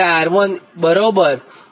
415 મળે